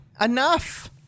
enough